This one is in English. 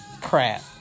crap